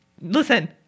listen